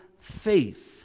faith